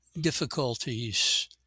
difficulties